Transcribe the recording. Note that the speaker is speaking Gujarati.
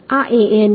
આ An હશે